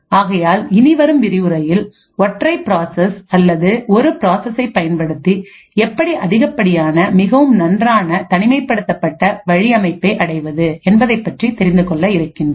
ஆகையால் இனி வரும் விரிவுரையில் ஒற்றை ப்ராசஸ் அதாவது ஒரு ப்ராசசைபயன்படுத்தி எப்படி அதிகப்படியான மிகவும் நன்றான தனிமைப்படுத்தப்பட்ட வழி அமைப்பை அடைவது என்பதைப்பற்றி தெரிந்துகொள்ள இருக்கின்றோம்